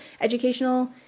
educational